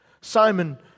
Simon